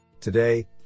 Today